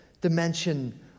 dimension